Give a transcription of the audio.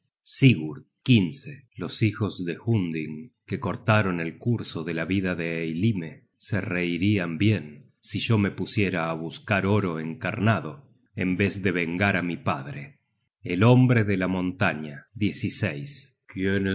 generated at los hijos de hunding que cortaron el curso de la vida de eylime se reirian bien si yo me pusiera á buscar oro encarnado en vez de vengar á mi padre el hombre de la montaña